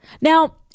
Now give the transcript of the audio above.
Now